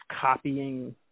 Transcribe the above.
copying